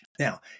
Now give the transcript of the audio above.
Now